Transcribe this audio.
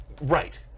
Right